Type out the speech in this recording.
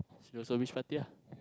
Siloso beach party ah